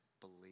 Believe